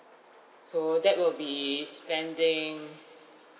so that will be spending